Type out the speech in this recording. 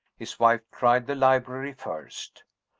his wife tried the library first.